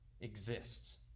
exists